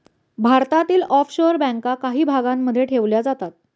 भारतातील ऑफशोअर बँका काही भागांमध्ये ठेवल्या जातात